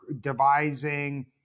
devising